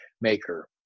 maker